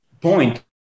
point